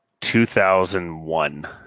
2001